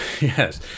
Yes